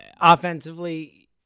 offensively